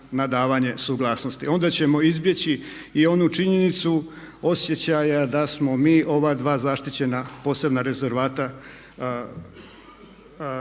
na davanje suglasnosti. Onda ćemo izbjeći i onu činjenicu osjećaja da smo mi ova dva zaštićena posebna rezervate